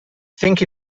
think